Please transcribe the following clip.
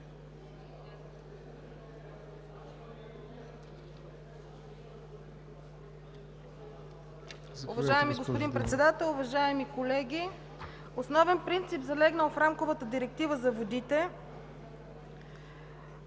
Уважаеми господин Председател, уважаеми колеги! Основен принцип, залегнал в Рамковата директива за водите,